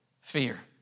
fear